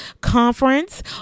conference